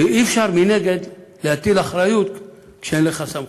ואי-אפשר, מנגד, להטיל אחריות כשאין לך סמכות.